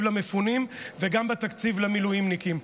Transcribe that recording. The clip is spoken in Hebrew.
למפונים וגם בתקציב למילואימניקים.